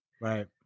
Right